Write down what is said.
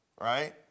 right